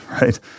right